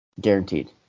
Guaranteed